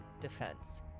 defense